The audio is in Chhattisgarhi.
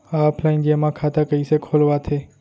ऑफलाइन जेमा खाता कइसे खोलवाथे?